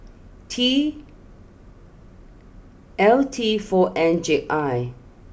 T L T four N J I